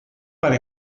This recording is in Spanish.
para